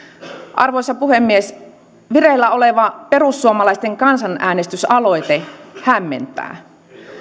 arvoisa puhemies vireillä oleva perussuomalaisten kansanäänestysaloite hämmentää